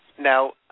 now